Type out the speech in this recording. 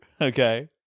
okay